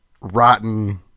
rotten